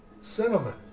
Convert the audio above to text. cinnamon